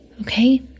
Okay